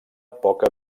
poca